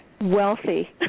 Wealthy